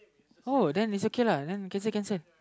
oh then it's okay lah then cancel cancel